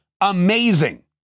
Amazing